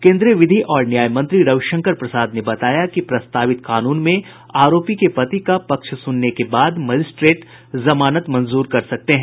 केन्द्रीय विधि और न्याय मंत्री रविशंकर प्रसाद ने बताया कि प्रस्तावित कानून में आरोपी के पति का पक्ष सुनने के बाद मजिस्ट्रेट जमानत मंजूर कर सकते हैं